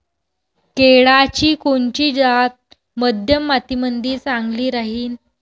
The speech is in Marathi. केळाची कोनची जात मध्यम मातीमंदी चांगली राहिन?